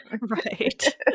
Right